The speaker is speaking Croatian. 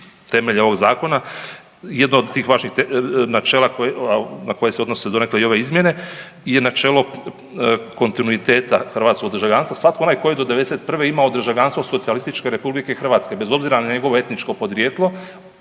temelje ovog zakona. Jedno od tih vaših načela na koje se odnose donekle i ove izmjene je načelo kontinuiteta hrvatskog državljanstva. Svatko onaj tko je do '91. imao državljanstvo SR Hrvatske, bez obzira na njegovo etičko podrijetlo